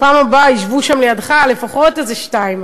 שבפעם הבאה יישבו שם לידך לפחות איזה שתיים,